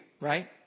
Right